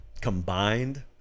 combined